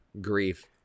grief